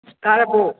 ꯇꯥꯔꯕꯣ